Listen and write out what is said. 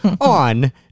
on